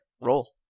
Roll